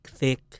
thick